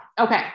Okay